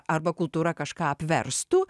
arba kultūra kažką apverstų